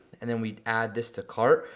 and then we add this to cart,